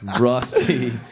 rusty